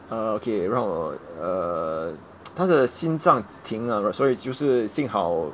uh okay 让我 err 他的心脏停了所以就是幸好